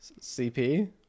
CP